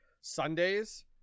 sundays